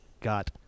got